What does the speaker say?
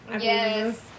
Yes